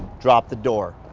drop the door.